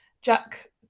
Jack